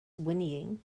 whinnying